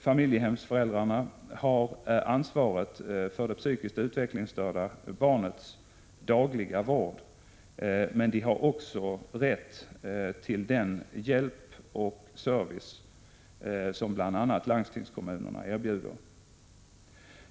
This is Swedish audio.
Familjehemsföräldrarna har ansvaret för det psykiskt utvecklingsstörda barnets dagliga vård, men de har också rätt till den hjälp och service som bl.a. landstingskommunerna erbjuder.